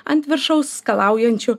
ant viršaus skalaujančiu